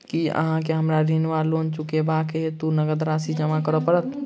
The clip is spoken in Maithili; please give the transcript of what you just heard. की अहाँ केँ हमरा ऋण वा लोन चुकेबाक हेतु नगद राशि जमा करऽ पड़त?